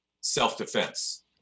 self-defense